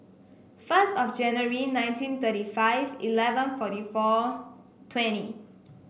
first of January nineteen thirty five eleven forty four twenty